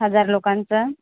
हजार लोकांचा